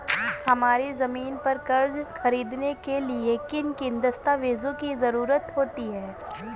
हमारी ज़मीन पर कर्ज ख़रीदने के लिए किन किन दस्तावेजों की जरूरत होती है?